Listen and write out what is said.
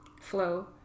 Flow